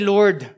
Lord